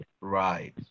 right